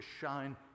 shine